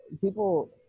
people